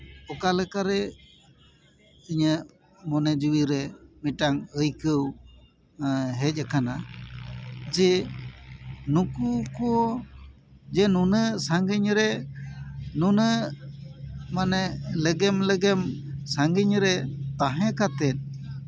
ᱚᱠᱟ ᱞᱮᱠᱟᱨᱮ ᱤᱧᱟᱹᱜ ᱢᱚᱱᱮ ᱡᱤᱣᱤ ᱨᱮ ᱢᱤᱫᱴᱟᱱ ᱟᱹᱭᱠᱟᱹᱣ ᱦᱮᱡ ᱟᱠᱟᱱᱟ ᱡᱮ ᱱᱩᱠᱩ ᱠᱚ ᱡᱮ ᱱᱩᱱᱟᱹᱜ ᱥᱟᱺᱜᱤᱧ ᱨᱮ ᱱᱩᱱᱟᱹᱜ ᱢᱟᱱᱮ ᱞᱮᱜᱮᱢ ᱞᱮᱜᱮᱢ ᱥᱟᱺᱜᱤᱧ ᱨᱮ ᱛᱟᱦᱮᱸ ᱠᱟᱛᱮᱫ